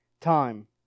time